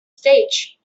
stage